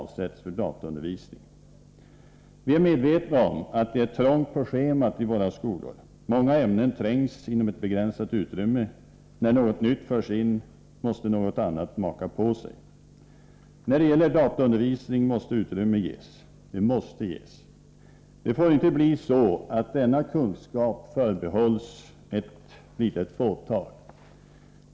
Vi är medvetna om att det är trångt på schemat i våra skolor. Många ämnen trängs inom ett begränsat utrymme. När något nytt förs in måste något annat maka på sig. När det gäller dataundervisning måste utrymme ges. Det får inte bli så att denna kunskap förbehålls ett litet fåtal.